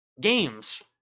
games